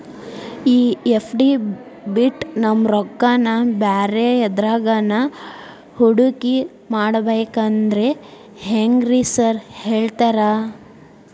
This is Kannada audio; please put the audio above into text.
ಈ ಎಫ್.ಡಿ ಬಿಟ್ ನಮ್ ರೊಕ್ಕನಾ ಬ್ಯಾರೆ ಎದ್ರಾಗಾನ ಹೂಡಿಕೆ ಮಾಡಬೇಕಂದ್ರೆ ಹೆಂಗ್ರಿ ಸಾರ್ ಹೇಳ್ತೇರಾ?